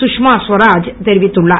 கஸ்மா கவராஜ் தெரிவித்துள்ளார்